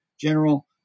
general